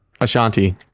Ashanti